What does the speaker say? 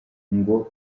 ngo